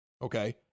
Okay